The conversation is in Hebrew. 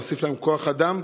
להוסיף להם כוח אדם,